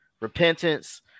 repentance